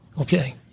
Okay